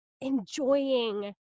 enjoying